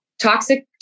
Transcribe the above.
toxic